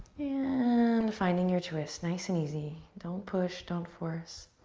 and finding your twist, nice and easy. don't push, don't force.